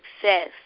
success